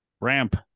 ramp